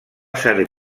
servir